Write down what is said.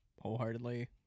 wholeheartedly